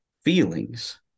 feelings